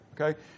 okay